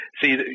See